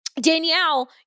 Danielle